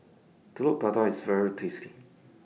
Telur Dadah IS very tasty